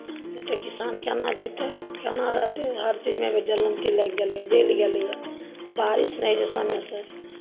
नहि तऽ किसान केना जीतै केना रहतै हर चीजमे जलनके लागि गेलै जरि गेलैए बारिश नहि होइ छै समयसँ